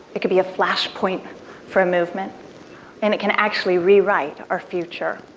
it could be a flash point for a movement and it can actually rewrite our future.